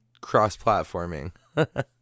cross-platforming